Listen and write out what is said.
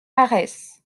arès